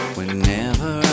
Whenever